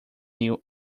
new